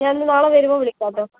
ഞാൻ ഇനി നാളെ വരുമ്പോൾ വിളിക്കാം കേട്ടോ